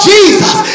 Jesus